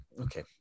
Okay